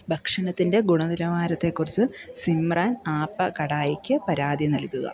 ഭക്ഷണത്തിൻ്റെ ഗുണനിലവാരത്തെക്കുറിച്ച് സിമ്രാൻ ആപ്പ കടായിക്ക് പരാതി നൽകുക